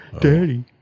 daddy